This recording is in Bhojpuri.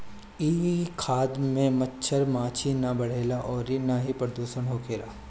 इ खाद में मच्छर माछी ना बढ़ेला अउरी ना ही प्रदुषण होखेला